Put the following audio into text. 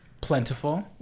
plentiful